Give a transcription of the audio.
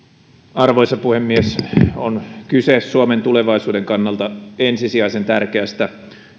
arvoisa puhemies on kyse suomen tulevaisuuden kannalta ensisijaisen tärkeästä